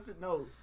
No